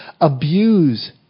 abuse